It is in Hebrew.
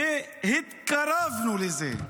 והתקרבנו לזה,